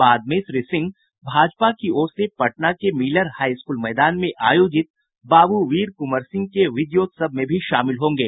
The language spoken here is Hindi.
बाद में श्री सिंह भाजपा की ओर से पटना के मिलर हाई स्कूल मैदान में आयोजित बाबू वीर कुंवर सिंह के विजयोत्सव में भी शामिल होंगे